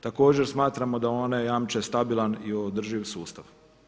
Također smatramo da one jamče stabilan i održiv sustav.